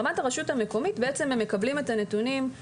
ברמת הרשות המקומית הם מקבלים את הנתונים,